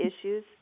issues